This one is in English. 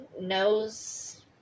knows